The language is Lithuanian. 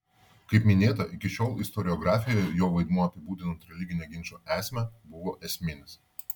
kaip minėta iki šiol istoriografijoje jo vaidmuo apibūdinant religinę ginčo esmę buvo esminis